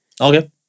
Okay